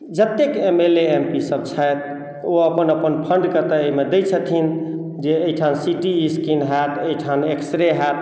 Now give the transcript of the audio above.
जतेक M L A M P सभ छथि ओ अपन अपन फण्डके तऽ एहिमे दैत छथिन जे एहिठाम सी टी स्कैन हएत एहिठाम एक्स रे हएत